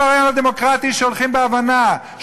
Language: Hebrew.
כל הרעיון הדמוקרטי מבוסס על שליטה מתוך הבנה,